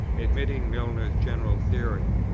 admitting milner's general theory,